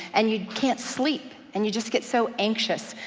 and you can't sleep, and you just get so anxious.